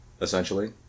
essentially